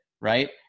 Right